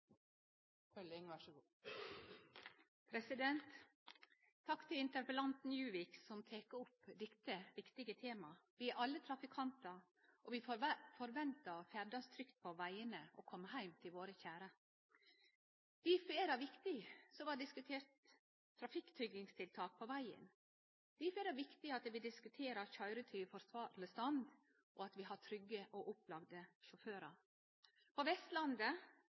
til interpellanten Juvik som tek opp dette viktige temaet. Vi er alle trafikantar, og vi forventar at vi kan ferdast trygt på vegane og komme heim til våre kjære. Difor er det viktig, som det vart diskutert, med trafikktryggingstiltak på vegane. Difor er det viktig at vi diskuterer køyretøy i forsvarleg stand, og at vi har trygge og opplagde sjåførar. På Vestlandet,